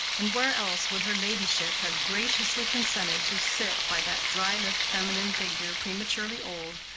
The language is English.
and where else would her ladyship have graciously consented to sit by that dry-lipped feminine figure prematurely old,